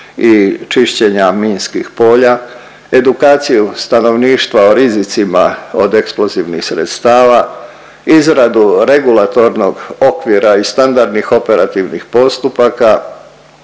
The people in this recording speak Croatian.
i čišćenja minskih polja, edukacije stanovništva o rizicima od eksplozivnih sredstava, izradu regulatornog okvira i standardnih operativnih postupaka,